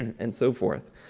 and so forth.